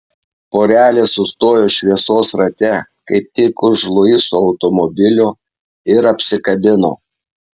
porelė sustojo šviesos rate kaip tik už luiso automobilio ir apsikabino